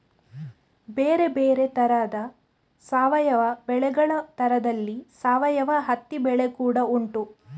ಬೇರೆ ಬೇರೆ ತರದ ಸಾವಯವ ಬೆಳೆಗಳ ತರದಲ್ಲಿ ಸಾವಯವ ಹತ್ತಿ ಬೆಳೆ ಕೂಡಾ ಉಂಟು